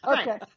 Okay